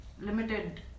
limited